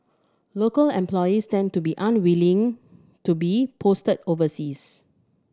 local employees tend to be unwilling to be posted overseas